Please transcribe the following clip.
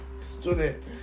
Student